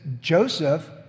Joseph